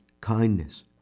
kindness